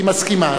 אני מסכימה.